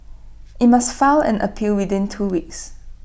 IT must file an appeal within two weeks